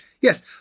Yes